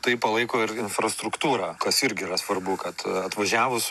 tai palaiko ir infrastruktūrą kas irgi yra svarbu kad atvažiavus